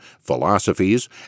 philosophies